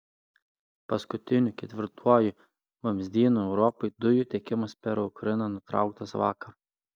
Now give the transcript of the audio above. paskutiniu ketvirtuoju vamzdynu europai dujų tiekimas per ukrainą nutrauktas vakar